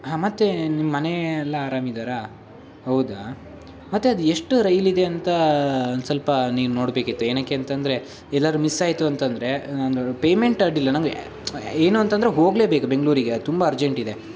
ಹಾಂ ಮತ್ತು ನಿಮ್ಮ ಮನೆ ಎಲ್ಲ ಅರಾಮಿದ್ದಾರಾ ಹೌದಾ ಮತ್ತು ಅದು ಎಷ್ಟು ರೈಲಿದೆ ಅಂತ ಒಂದು ಸ್ವಲ್ಪ ನೀನು ನೋಡಬೇಕಿತ್ತು ಏನಕ್ಕೆ ಅಂತಂದರೆ ಎಲ್ಲಾರೂ ಮಿಸ್ಸಾಯಿತು ಅಂತಂದರೆ ನಾನು ಪೇಮೆಂಟ್ ಅಡ್ಡಿಯಿಲ್ಲ ನನಗೆ ಏನು ಅಂತಂದರೆ ಹೋಗ್ಲೇಬೇಕು ಬೆಂಗಳೂರಿಗೆ ತುಂಬ ಅರ್ಜೆಂಟಿದೆ